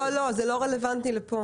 לא, זה לא רלוונטי לפה.